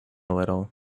little